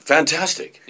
Fantastic